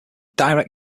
direct